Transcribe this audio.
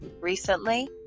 recently